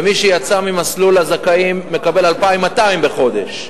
ומי שיצא ממסלול הזכאים מקבל 2,200 בחודש,